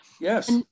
Yes